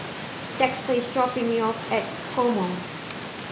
Dexter is dropping me off at PoMo